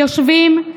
יושבים,